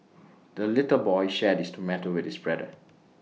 the little boy shared his tomato with his brother